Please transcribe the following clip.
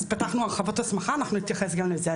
אז פתחנו הרחבות הסמכה, אנחנו נתייחס גם לזה.